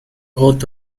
oath